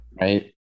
Right